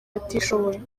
abatishoboye